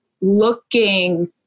looking